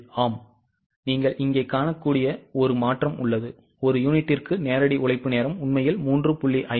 பதில் ஆம் நீங்கள் இங்கே காணக்கூடிய ஒரு மாற்றம் உள்ளது ஒரு யூனிட்டுக்கு நேரடி உழைப்பு நேரம் உண்மையில் 3